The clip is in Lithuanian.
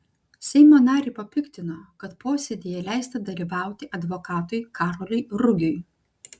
seimo narį papiktino kad posėdyje leista dalyvauti advokatui karoliui rugiui